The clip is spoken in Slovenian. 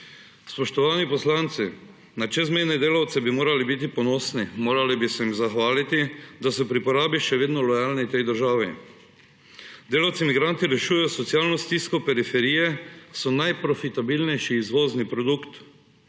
Spoštovani poslanci, na čezmejne delavce bi morali biti ponosni, morali bi se jim zahvaliti, da so pri porabi še vedno lojalni tej državi. Delavci migranti rešujejo socialno stisko periferije, so najprofitabilnejši izvozni produkt.